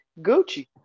Gucci